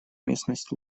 местность